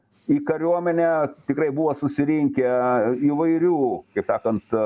į kariuomenę tikrai buvo susirinkę įvairių kaip sakant